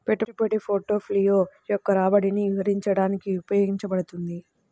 పెట్టుబడి పోర్ట్ఫోలియో యొక్క రాబడిని వివరించడానికి ఉపయోగించబడుతుంది